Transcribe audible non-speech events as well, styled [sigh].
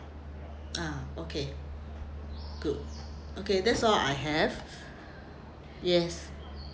ah okay good okay that's all I have [breath] yes